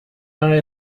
buy